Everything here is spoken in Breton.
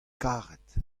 karet